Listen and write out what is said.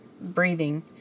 breathing